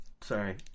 sorry